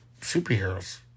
superheroes